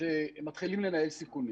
שהם מתחילים לנהל סיכונים.